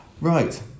Right